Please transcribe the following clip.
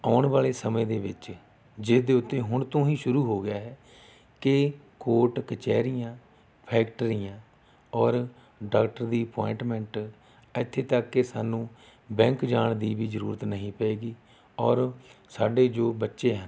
ਆਉਣ ਵਾਲੇ ਸਮੇਂ ਦੇ ਵਿੱਚ ਜਿਸ ਦੇ ਉੱਤੇ ਹੁਣ ਤੋਂ ਹੀ ਸ਼ੁਰੂ ਹੋ ਗਿਆ ਹੈ ਕਿ ਕੋਰਟ ਕਚਹਿਰੀਆਂ ਫੈਕਟਰੀਆਂ ਔਰ ਡਾਕਟਰ ਦੀ ਐਪੋਇੰਟਮੈਂਟ ਇੱਥੇ ਤੱਕ ਕਿ ਸਾਨੂੰ ਬੈਂਕ ਜਾਣ ਦੀ ਵੀ ਜ਼ਰੂਰਤ ਨਹੀਂ ਪਏਗੀ ਔਰ ਸਾਡੇ ਜੋ ਬੱਚੇ ਹਨ